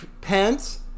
Pence